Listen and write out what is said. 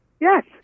Yes